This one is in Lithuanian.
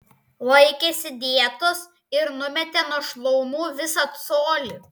laikėsi dietos ir numetė nuo šlaunų visą colį